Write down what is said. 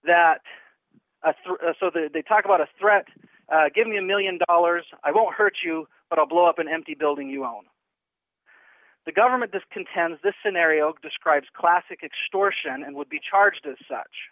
so they talk about a threat give me a one million dollars i won't hurt you but i'll blow up an empty building you own the government this contends this scenario describes classic extortion and would be charged as such